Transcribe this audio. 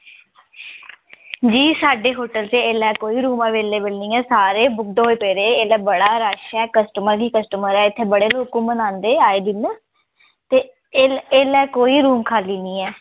जी साढ़े होटल च इसलै कोई रूम अवैलेबल नेईं एह् सारे बुकड होए पेदे एल्लै बड़ा रश एह् कस्टमर ई कस्टमर एह् इत्थै बड़ेे लोग घूमन आंदे आए दिन ते एल्लै कोई रूम खाल्ली नी ऐ